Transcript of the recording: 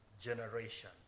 generation